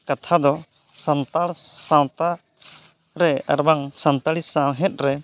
ᱠᱟᱛᱷᱟ ᱫᱚ ᱥᱟᱱᱛᱟᱲ ᱥᱟᱶᱛᱟ ᱨᱮ ᱟᱨ ᱵᱟᱝ ᱥᱟᱱᱛᱟᱲᱤ ᱥᱟᱶᱦᱮᱫ ᱨᱮ